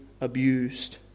abused